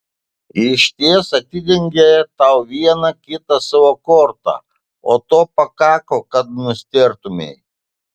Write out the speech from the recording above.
išties atidengė tau vieną kitą savo kortą o to pakako kad nustėrtumei